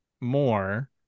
more